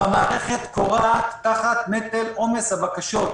והמערכת כורעת תחת נטל עומס הבקשות.